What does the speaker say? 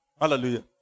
Hallelujah